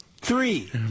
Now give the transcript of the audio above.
three